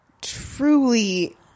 Truly